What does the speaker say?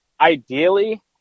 Ideally